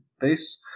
base